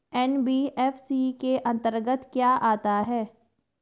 NBFC के अंतर्गत क्या आता है?